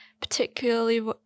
particularly